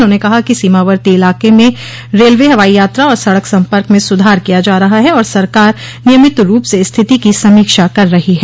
उन्होंने कहा कि सीमावर्ती इलाके में रेलवे हवाई यात्रा और सड़क सम्पर्क में सुधार किया जा रहा है और सरकार नियमित रूप से स्थिति की समीक्षा कर रही है